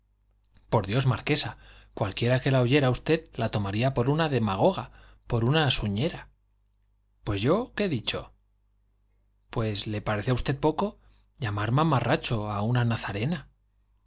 por dios marquesa cualquiera que la oyera a usted la tomaría por una demagoga por una suñera pues yo qué he dicho pues le parece a usted poco llamar mamarracho a una nazarena